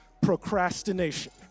procrastination